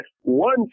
one